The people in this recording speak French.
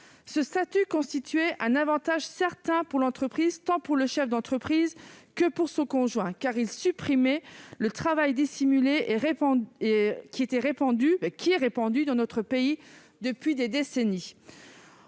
Ce statut constituait un avantage certain pour l'entreprise, tant pour le chef d'entreprise que pour son conjoint, car il supprimait le travail dissimulé si répandu dans notre pays depuis des décennies.